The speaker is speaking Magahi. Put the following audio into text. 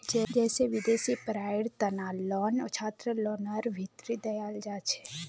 जैसे विदेशी पढ़ाईयेर तना लोन छात्रलोनर भीतरी दियाल जाछे